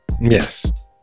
Yes